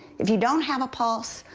if you don't have a pulse,